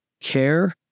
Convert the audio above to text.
care